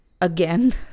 again